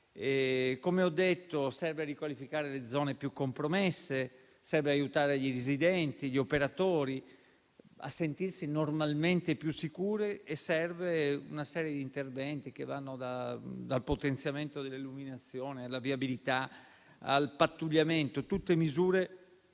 efficaci. Serve riqualificare le zone più compromesse; serve aiutare i residenti e gli operatori a sentirsi normalmente più sicuri e servono una serie di interventi che vanno dal potenziamento dell'illuminazione, alla viabilità, al pattugliamento: tutte misure